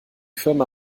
firma